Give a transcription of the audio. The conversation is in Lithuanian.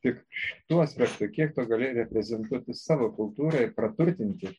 tik šituo aspektu kiek tu gali reprezentuoti savo kultūrą praturtinti